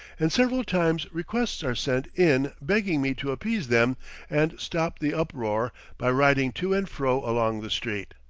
and several times requests are sent in begging me to appease them and stop the uproar by riding to and fro along the street.